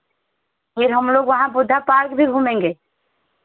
फिर हम लोग वहाँ बुद्धा पार्क भी घूमेंगे